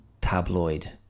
tabloid